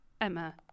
Emma